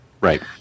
Right